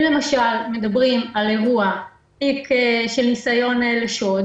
אם, למשל, מדברים על אירוע של ניסיון שוד